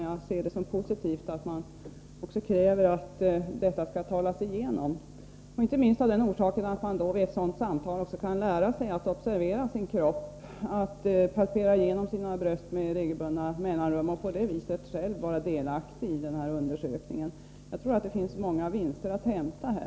Jag ser det som positivt att man kräver att detta skall talas igenom, inte minst av den orsaken att man vid ett sådant samtal kan lära sig att observera sin kropp, att palpera sina bröst med regelbundna mellanrum och på det viset själv vara delaktig i undersökningen. Jag tror att det finns många vinster att hämta här.